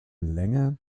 länge